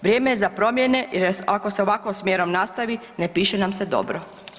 Vrijeme je za promjene i ako se ovakvim smjerom nastavi ne piše nam se dobro.